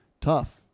tough